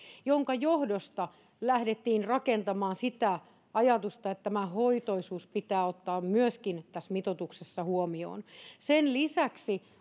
minkä johdosta lähdettiin rakentamaan sitä ajatusta että tämä hoitoisuus pitää ottaa myöskin tässä mitoituksessa huomioon sen lisäksi